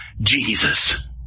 Jesus